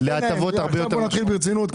עכשיו בואו נתחיל ברצינות,